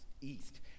east